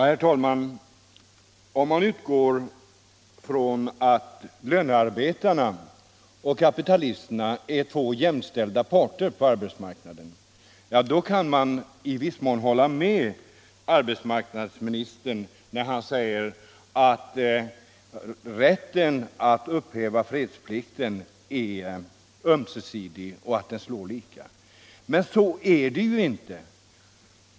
Herr talman! Om man utgår ifrån att lönearbetarna och kapitalisterna är två jämställda parter på arbetsmarknaden, kan man i viss mån hålla med arbetsmarknadsministern, när han säger att rätten att upphäva fredsplikten är ömsesidig och att den slår lika. Men så är det ju inte.